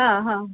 हां हां